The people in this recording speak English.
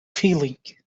feeling